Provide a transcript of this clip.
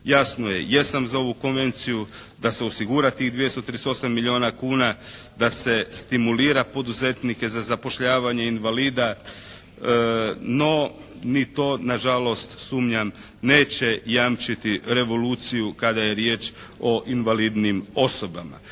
Jasno je, jesam za ovu konvenciju, da se osigura tih 238 milijuna kuna, da se stimulira poduzetnika za zapošljavanje invalida. No, ni to nažalost sumnjam, neće jamčiti revoluciju kada je riječ o invalidnim osobama.